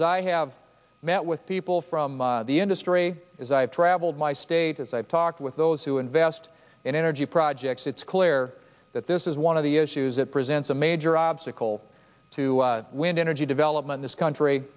as i have met with people from the industry as i have traveled my state as i've talked with those who invest in energy projects it's clear that this is one of the issues that presents a major obstacle to wind energy development this country